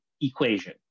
equation